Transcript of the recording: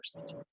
first